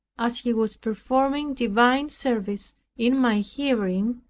as he was performing divine service in my hearing,